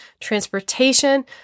transportation